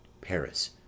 Paris